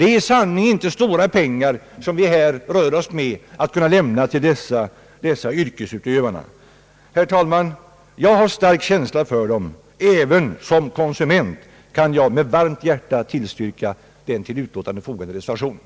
Det är i sanning inte stora pengar vi lämnar till dessa yrkesutövare. Herr talman! Jag har stark känsla för dem. Även som konsument kan jag med varmt hjärta tillstyrka den vid punkten fogade reservationen.